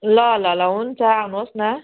ल ल ल हुन्छ आउनुहोस् न